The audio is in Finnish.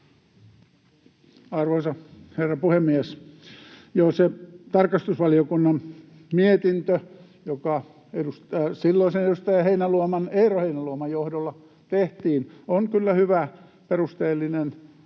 Arvoisa herra puhemies! Joo, se tarkastusvaliokunnan mietintö, joka silloisen edustaja Heinäluoman, Eero Heinäluoman, johdolla tehtiin, on kyllä hyvä ja perusteellinen,